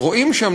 רואים שם,